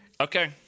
Okay